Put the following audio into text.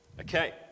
Okay